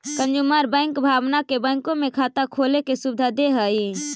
consumer bank भावना के बैंकों में खाता खोले के सुविधा दे हइ